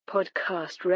Podcast